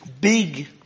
big